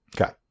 Okay